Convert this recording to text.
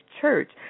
church